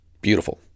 beautiful